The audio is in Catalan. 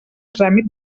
tràmit